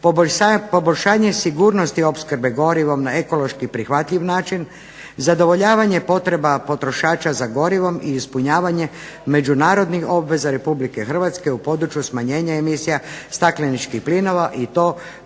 poboljšanje sigurnosti opskrbe gorivom na ekološki prihvatljiv način, zadovoljavanje potreba potrošača za gorivom i ispunjavanje međunarodnih obveza Republike Hrvatske u području smanjenja emisija stakleničkih plinova i to